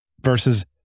versus